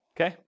Okay